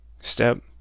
step